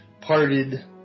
parted